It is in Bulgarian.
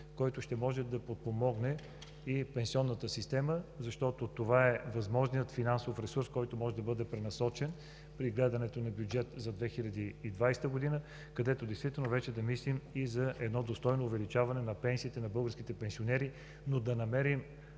който ще може да подпомогне и пенсионната система. Това е възможният финансов ресурс, който може да бъде пренасочен при гледането на бюджета за 2020 г., където действително вече да мислим и за едно достойно увеличаване на пенсиите на българските пенсионери, но да намерим